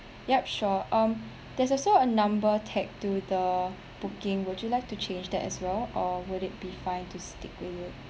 yup sure um there's also a number tag to the booking would you like to change that as well or would it be fine to stick with it